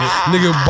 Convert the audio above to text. Nigga